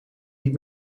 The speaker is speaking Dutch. niet